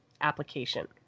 application